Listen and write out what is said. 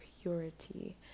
purity